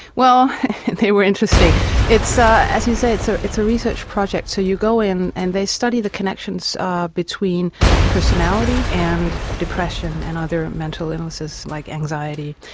well they were interesting it's so as you say it's so it's a research project so you go in and they study the connections between personality and depression and other mental illnesses like anxiety.